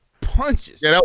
punches